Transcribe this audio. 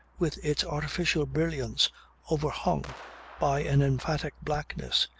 with its artificial brilliance overhung by an emphatic blackness,